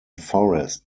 forest